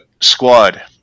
squad